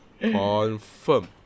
confirm